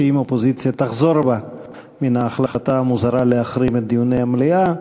שאם האופוזיציה תחזור בה מן ההחלטה המוזרה להחרים את דיוני המליאה,